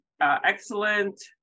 Excellent